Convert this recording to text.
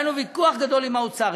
היה לנו ויכוח גדול עם האוצר,